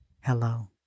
hello